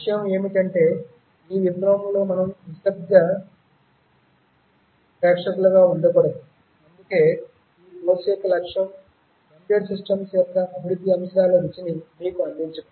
విషయం ఏమిటంటే ఈ విప్లవంలో మనం నిశ్శబ్ద ప్రేక్షకులుగా ఉండకూడదు అందుకే ఈ కోర్సు యొక్క లక్ష్యం ఎంబెడెడ్ సిస్టమ్ యొక్క అభివృద్ధి అంశాల రుచిని మీకు అందించడం